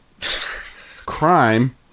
crime